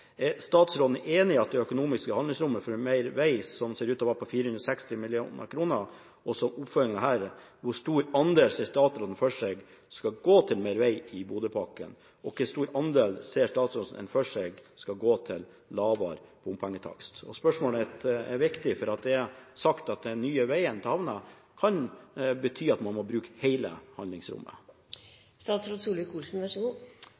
statsråden enig i at det økonomiske handlingsrommet for mer vei ser ut til å være på 460 mill. kr? Og som oppfølging: Hvor stor andel ser statsråden for seg skal gå til mer vei i Bodø-pakken, og hvor stor andel ser statsråden for seg skal gå til lavere bompengetakst? Spørsmålene er viktige, for det er sagt at den nye veien til havna kan bety at man må bruke hele